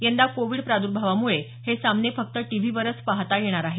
यंदा कोविड प्राद्र्भावामुळे हे सामने फक्त टीव्हीवरच पाहता येणार आहेत